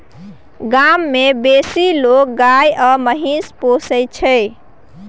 गाम मे बेसी लोक गाय आ महिष पोसय छै